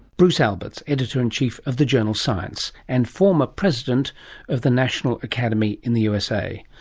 bruce alberts, editor-in-chief of the journal science and former president of the national academy in the usa.